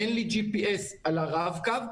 אין לי GPS על הרב-קו.